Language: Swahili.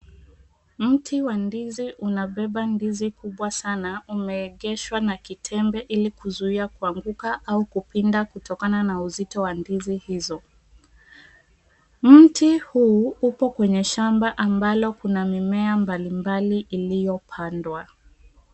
Mti wa ndizi unabeba ndizi kubwa sana unaengeshwa na kitembe ilikuzia kuanguka au kupinda kutokana na uzito wa ndizi hizo. Mti huu upo kwenye shamba ambalo kuna mimea mbalimbali iliyopandwa.